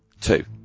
Two